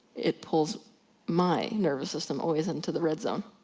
it pulls my nervous system always into the red zone.